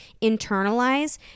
internalize